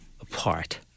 apart